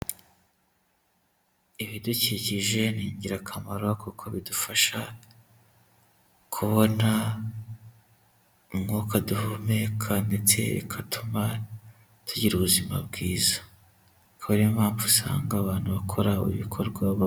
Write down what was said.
Ibidukikije ni ingirakamaro kuko bidufasha kubona umwuka duhumeka ndetse bigatuma tugira ubuzima bwiza. Akaba ari yo mpamvu usanga abantu bakora ibikorwa ba...